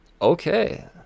Okay